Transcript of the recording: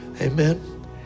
Amen